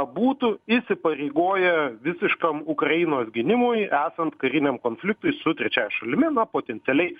būtų įsipareigoję visiškam ukrainos gynimui esant kariniam konfliktui su trečiąja šalimi na potencialiai